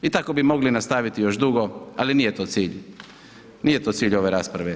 I tako bi mogli nastaviti još dugo, ali nije to cilj, nije to cilj ove rasprave.